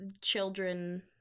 children